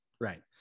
right